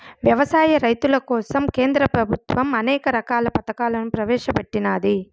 వ్యవసాయ రైతుల కోసం కేంద్ర ప్రభుత్వం అనేక రకాల పథకాలను ప్రవేశపెట్టినాది